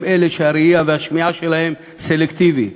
אלה שהראייה והשמיעה שלהם סלקטיבית.